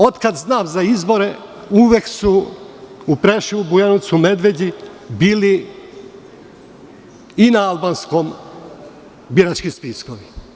Od kada znam za izbore uvek su u Preševu, Bujanovcu, Medveđi, bili i na albanskom birački spiskovi.